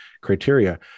criteria